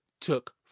took